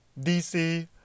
DC